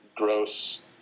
gross